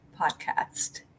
podcast